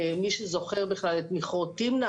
ומי שזוכר בכלל את מכרות תמנע,